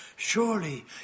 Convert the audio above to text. Surely